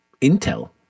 intel